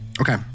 Okay